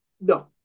no